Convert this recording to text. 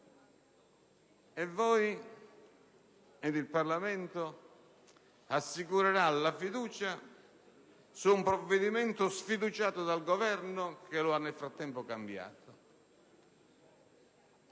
E il Parlamento assicurerà la fiducia su un provvedimento sfiduciato dal Governo, che nel frattempo lo